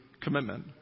commitment